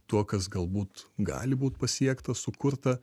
tuo kas galbūt gali būti pasiekta sukurta